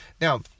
Now